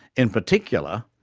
in particular,